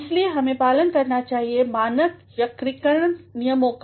इसलिए हमें पालन करना चाहिए मानक व्याकरणिक नियमों का